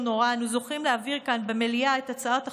נורא אנו זוכים להעביר כאן במליאה את הצעת החוק,